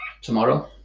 tomorrow